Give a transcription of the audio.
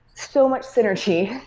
so much synergy,